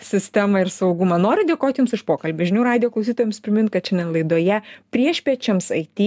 sistemą ir saugumą noriu dėkot jums už pokalbį žinių radijo klausytojams primint kad šiandien laidoje priešpiečiams it